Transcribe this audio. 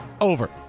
Over